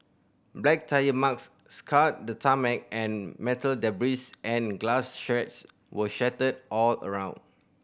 black tyre marks scarred the tarmac and metal debris and glass shards were scattered all around